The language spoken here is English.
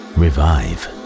revive